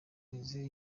maze